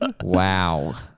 wow